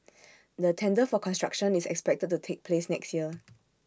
the tender for construction is expected to take place next year